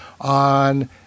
on